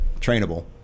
trainable